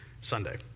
Sunday